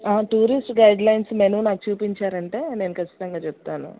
tourist guidelines menu నాకు చూపించారు అంటే నేను ఖచ్చితంగా చెప్తాను